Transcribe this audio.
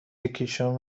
یکیشون